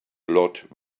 lot